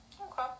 Okay